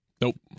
Nope